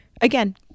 again